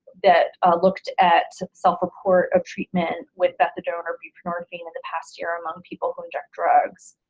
that looked at self-report of treatment with methadone or buprenorphine in the past year among people who inject drugs.